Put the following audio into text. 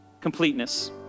Completeness